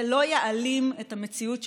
זה לא יעלים את המציאות שבחוץ,